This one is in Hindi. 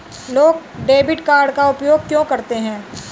लोग डेबिट कार्ड का उपयोग क्यों करते हैं?